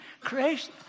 creation